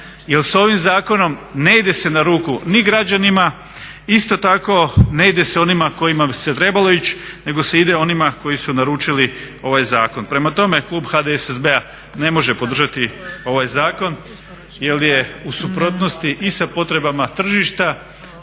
jer s ovim zakonom ne ide se na ruku ni građanima, isto tako ne ide se onima kojima bi se trebalo ići nego se ide onima koji su naručili ovaj zakon. Prema tome klub HDSSB-a ne može podržati ovaj zakon jer je u suprotnosti i sa potrebama tržišta,